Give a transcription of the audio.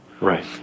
Right